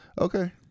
Okay